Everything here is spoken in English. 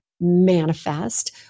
manifest